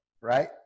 right